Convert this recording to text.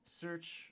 search